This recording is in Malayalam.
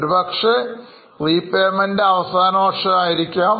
ഒരുപക്ഷേRepayment അവസാനവർഷം ആയിരിക്കാം